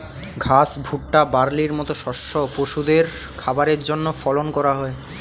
ঘাস, ভুট্টা, বার্লির মত শস্য পশুদের খাবারের জন্যে ফলন করা হয়